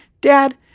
Dad